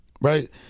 right